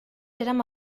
érem